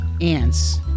ANTS